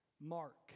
Mark